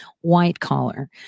white-collar